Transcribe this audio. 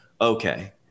okay